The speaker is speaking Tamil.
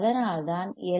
அதனால்தான் எல்